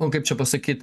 nu kaip čia pasakyt